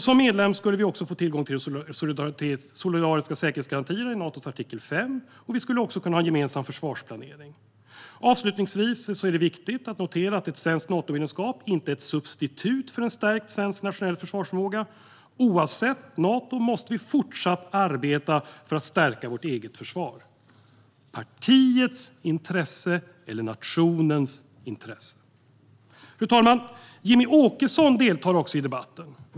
Som medlem skulle Sverige få tillgång till de solidariska säkerhetsgarantierna i Natos artikel 5. Vi skulle också kunna ha en gemensam försvarsplanering. Det är också viktigt att notera att ett svenskt Natomedlemskap inte är ett substitut för en stärkt svensk nationell försvarsförmåga. Oavsett Nato måste vi fortsatt arbeta för att stärka vårt eget försvar. Handlar det om partiets intresse eller nationens intresse? Fru talman! Jimmie Åkesson deltar också i debatten.